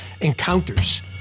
encounters